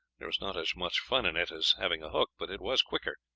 there was not as much fun in it as having a hook, but it was quicker,